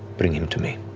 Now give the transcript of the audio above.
bring him to me,